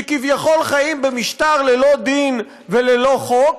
שכביכול חיים במשטר ללא דין וללא חוק,